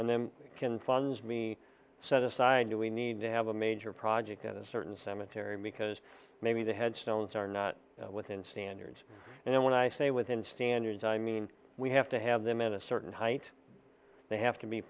and them can fund me set aside do we need to have a major project at a certain cemetery because maybe the headstones are not within standards and when i say within standards i mean we have to have them in a certain height they have to be